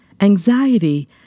Anxiety